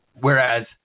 Whereas